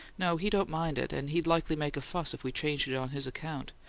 no he don't mind it, and he'd likely make a fuss if we changed it on his account.